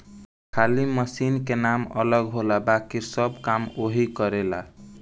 खाली मशीन के नाम अलग होला बाकिर सब काम ओहीग करेला